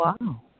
Wow